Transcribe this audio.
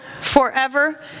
forever